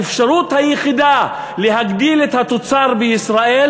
האפשרות היחידה להגדיל את התוצר בישראל